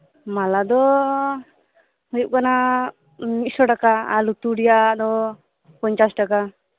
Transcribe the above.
ᱢᱟᱞᱟ ᱫᱚ ᱦᱳᱭᱳᱜ ᱠᱟᱱᱟ ᱢᱤᱫᱥᱚ ᱴᱟᱠᱟ ᱞᱩᱛᱩᱨ ᱨᱮᱭᱟᱜ ᱫᱚ ᱯᱚᱸᱪᱟᱥ ᱴᱟᱠᱟ